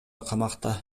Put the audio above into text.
камакта